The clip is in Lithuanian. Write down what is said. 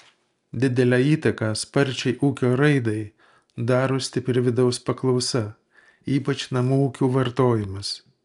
didelę įtaką sparčiai ūkio raidai daro stipri vidaus paklausa ypač namų ūkių vartojimas